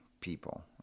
people